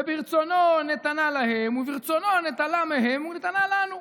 וברצונו נתנה להם וברצונו נטלה מהם ונתנה לנו.